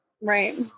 Right